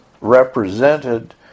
represented